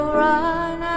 run